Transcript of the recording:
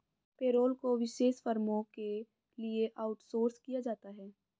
payroll को विशेष फर्मों के लिए आउटसोर्स किया जाता है